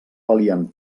valien